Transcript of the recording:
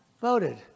voted